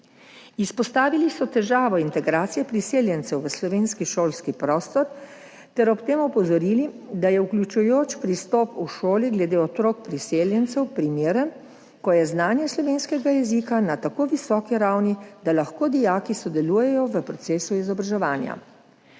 Izpostavili so težavo integracije priseljencev v slovenski šolski prostor ter ob tem opozorili, da je vključujoč pristop v šoli glede otrok priseljencev primeren, ko je znanje slovenskega jezika na tako visoki ravni, da lahko dijaki sodelujejo v procesu izobraževanja.